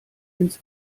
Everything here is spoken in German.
ins